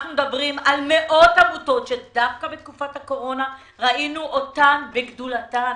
אנחנו מדברים על מאות עמותות שדווקא בתקופת הקורונה ראינו אותן בגדולתן,